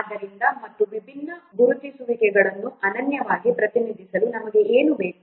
ಆದ್ದರಿಂದ ಮತ್ತು ವಿಭಿನ್ನ ಗುರುತಿಸುವಿಕೆಗಳನ್ನು ಅನನ್ಯವಾಗಿ ಪ್ರತಿನಿಧಿಸಲು ನಮಗೆ ಏನು ಬೇಕು